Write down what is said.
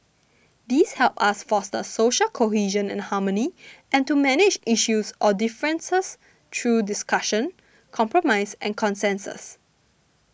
these help us foster social cohesion and harmony and to manage issues or differences through discussion compromise and consensus